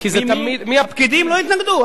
הפקידים לא התנגדו.